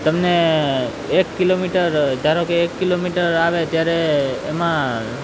તમને એક કિલોમીટર ધારોકે એક કિલોમીટર આવે ત્યારે એમાં